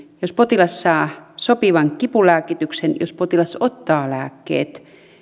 jos potilas saa sopivan kipulääkityksen jos potilas ottaa lääkkeet